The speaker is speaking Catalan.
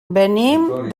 venim